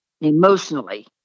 emotionally